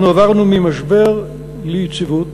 אנחנו עברנו ממשבר ליציבות,